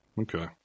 Okay